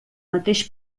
mateix